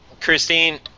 Christine